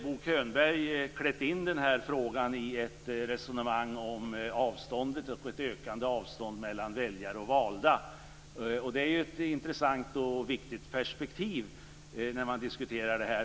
Bo Könberg hade klätt in den här frågan i ett resonemang om ökat avstånd mellan väljare och valda. Det är ett intressant och viktigt perspektiv när man diskuterar detta.